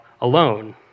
alone